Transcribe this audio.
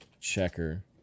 checker